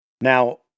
Now